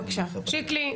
שיקלי.